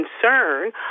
concern